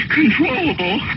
controllable